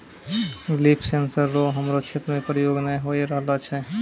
लिफ sensor रो हमरो क्षेत्र मे प्रयोग नै होए रहलो छै